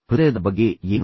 ಹೃದಯದ ಬಗ್ಗೆ ಏನು